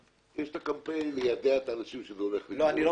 אלה שני דברים: יש קמפיין כדי ליידע את האנשים שזה הולך להיכנס,